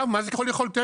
מה זה ככל יכולתנו?